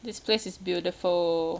this place is beautiful